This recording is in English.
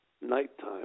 nighttime